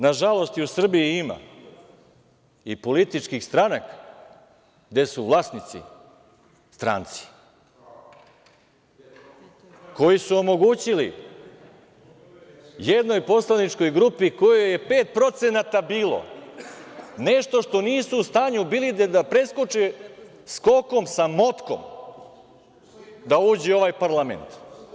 Nažalost, u Srbiji ima i političkih stranaka gde su vlasnici stranci, koji su omogućili jednoj poslaničkoj grupi, kojoj je 5% bilo, nešto što nisu u stanju bili ni da preskoče skokom sa motkom, da uđu u ovaj parlament.